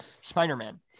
Spider-Man